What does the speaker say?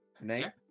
Name